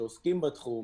שעוסקים בתחום,